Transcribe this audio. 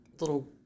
little